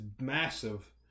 massive